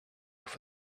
for